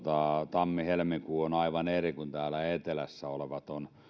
tammi helmikuu on aivan eri kuin täällä etelässä